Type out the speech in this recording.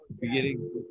Beginning